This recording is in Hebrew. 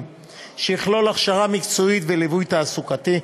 שיכלול הכשרה מקצועית וליווי תעסוקתי,